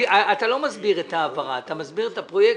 אתה לא מסביר את העברה, אתה מסביר את הפרויקטים.